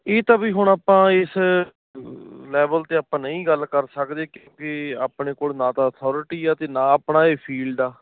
ਇਹ ਤਾਂ ਵੀ ਹੁਣ ਆਪਾਂ ਇਸ ਲੈਵਲ 'ਤੇ ਆਪਾਂ ਨਹੀਂ ਗੱਲ ਕਰ ਸਕਦੇ ਕਿਉਂਕਿ ਆਪਣੇ ਕੋਲ ਨਾ ਤਾਂ ਅਥੋਰਿਟੀ ਆ ਅਤੇ ਨਾ ਆਪਣਾ ਇਹ ਫੀਲਡ ਆ